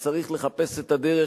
שצריך לחפש את הדרך,